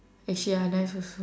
actually ya nice also